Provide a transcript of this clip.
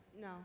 No